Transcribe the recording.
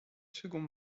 second